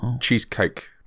cheesecake